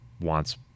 wants